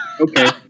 Okay